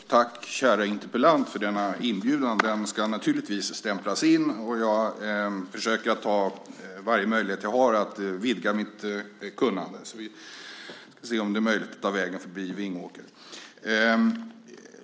Fru talman! Tack kära interpellant för denna inbjudan. Den ska naturligtvis stämplas in. Jag försöker att ta varje möjlighet som jag har att vidga mitt kunnande. Jag ska därför se om jag har möjlighet att ta vägen förbi Vingåker.